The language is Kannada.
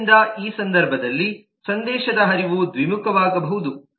ಆದ್ದರಿಂದ ಈ ಸಂದರ್ಭದಲ್ಲಿ ಸಂದೇಶದ ಹರಿವು ದ್ವಿಮುಖವಾಗಬಹುದು